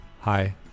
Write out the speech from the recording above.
Hi